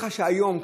ככה שהיום,